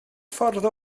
ffordd